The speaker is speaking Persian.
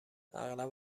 اغلب